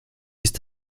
ist